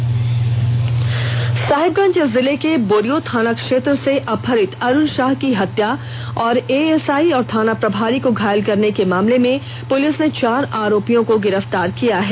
गिरफ्तार साहिबगंज जिले के बोरियो थाना क्षेत्र से अपहृत अरुण शाह की हत्या एवं एएसआई और थाना प्रभारी को घायल करने के मामले में पुलिस ने चार आरोपियों को पुलिस ने गिरफ्तार किया है